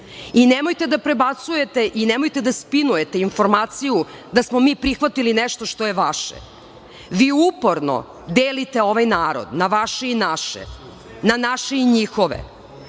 i nemojte da prebacujete i nemojte da spinujete informaciju da smo mi prihvatili nešto što je vaše. Vi uporno delite ovaj narod na vaše i naše, na naše i njihove. Morate